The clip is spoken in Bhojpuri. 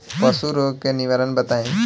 पशु रोग के निवारण बताई?